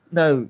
no